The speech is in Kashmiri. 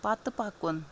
پتہٕ پکُن